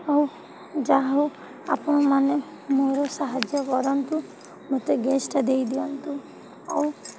ହଉ ଯାହା ହଉ ଆପଣମାନେ ମୋର ସାହାଯ୍ୟ କରନ୍ତୁ ମୋତେ ଗ୍ୟାସ୍ଟା ଦେଇଦିଅନ୍ତୁ ଆଉ